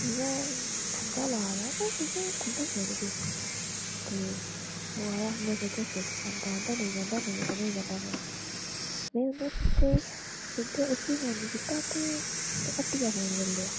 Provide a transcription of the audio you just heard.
इ'यां ठग्गां ला दा ते तुसें गी खुंदक चढ़दी ते ओह् आया में सोचेआ औंदा ते औंदा नेईं औंदा ते जाए में सिद्धा उसी फोन नेईं कीता सिद्धा उत्थै हट्टिया फोन करी ओड़ेआ